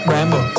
Rambo